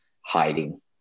hiding